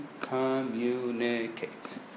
communicate